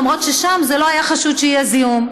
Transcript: למרות ששם לא היה חשד שיהיה זיהום.